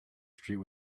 street